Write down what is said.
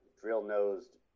drill-nosed